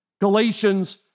Galatians